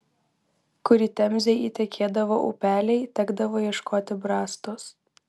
kur į temzę įtekėdavo upeliai tekdavo ieškoti brastos